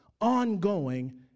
ongoing